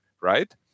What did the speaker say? right